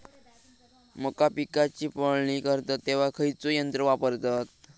मका पिकाची मळणी करतत तेव्हा खैयचो यंत्र वापरतत?